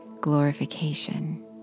glorification